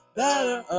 better